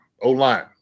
o-line